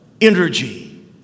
energy